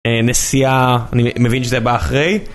נסיעה אני מבין שזה בא אחרי